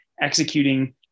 executing